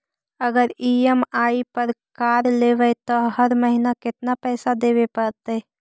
अगर ई.एम.आई पर कार लेबै त हर महिना केतना पैसा देबे पड़तै?